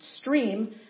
stream